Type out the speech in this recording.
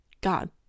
God